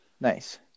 Nice